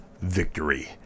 victory